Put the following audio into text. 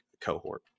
cohort